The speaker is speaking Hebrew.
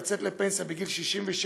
לצאת לפנסיה בגיל 67,